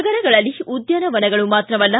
ನಗರಗಳಲ್ಲಿ ಉದ್ಯಾನವನಗಳು ಮಾತ್ರವಲ್ಲ